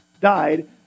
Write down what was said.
died